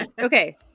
Okay